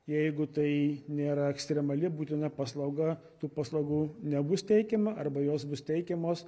jeigu tai nėra ekstremali būtina paslauga tų paslaugų nebus teikiama arba jos bus teikiamos